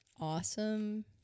awesome